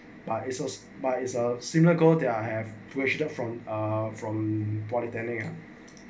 but a source but is a similar go there or have pushed up from uh from polytechnic ah